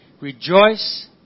Rejoice